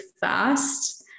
fast